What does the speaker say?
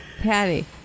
Patty